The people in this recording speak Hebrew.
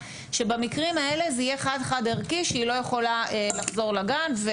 במקרים האלה זה יהיה חד חד-ערכי שהיא לא יכולה לחזור לגן.